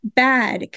bad